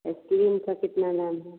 ऐस क्रीम का कितना दाम है